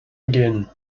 begin